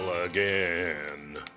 Again